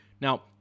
Now